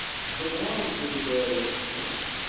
come along, little bird and snake.